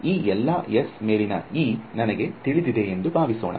ಈ ಎಲ್ಲ S ಮೇಲಿನ E ನನಗೆ ತಿಳಿದಿದೇ ಎಂದು ಭಾವಿಸೋಣ